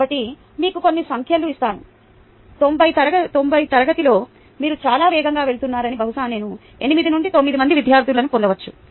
కాబట్టి మీకు కొన్ని సంఖ్యలు ఇస్తాను 90 తరగతిలో మీరు చాలా వేగంగా వెళుతున్నారని బహుశా నేను 8 నుండి 9 మంది విద్యార్థులను పొందవచ్చు